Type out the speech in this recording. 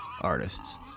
artists